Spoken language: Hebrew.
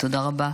תודה רבה.